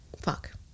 Fuck